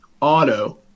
Auto